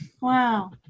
Wow